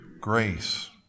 Grace